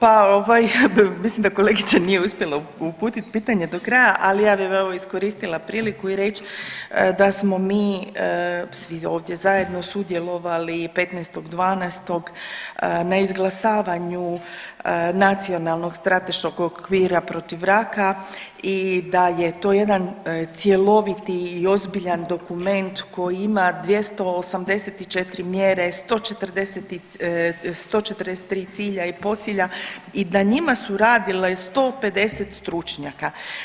Pa ovaj vidim da kolegica nije uspjela uputiti pitanje do kraja, ali ja bi evo iskoristila priliku i reć da smo mi svi ovdje zajedno sudjelovali 15.12. na izglasavanju Nacionalnog strateškog okvira protiv raka i da je to jedan cjeloviti i ozbiljan dokument koji ime 284 mjere, 140 i, 143 cilja i podcilja i na njima su radile 150 stručnjaka.